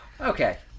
Okay